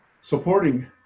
supporting